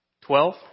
twelve